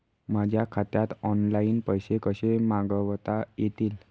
माझ्या खात्यात ऑनलाइन पैसे कसे मागवता येतील?